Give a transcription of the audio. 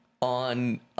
on